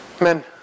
Men